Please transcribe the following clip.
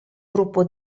gruppo